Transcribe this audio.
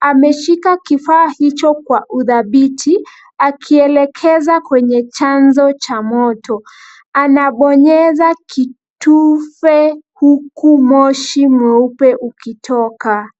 Ameshika kifaa hicho kwa udhabiti akielekeza kwenye chanzo cha moto. Anabonyeza kitunze huku moshi mweusi ukitoka.